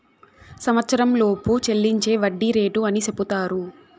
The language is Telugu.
సంవచ్చరంలోపు చెల్లించే వడ్డీ రేటు అని సెపుతారు